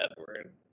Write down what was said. Edward